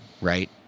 right